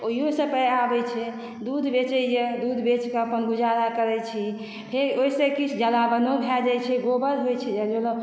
ओहियो सँ पाइ आबै छै दूध बेचैया दूध बेच कऽ अपन गुजारा करै छी फेर ओहिसँ किछु जलावनो भए जाय छै गोबर होइ छै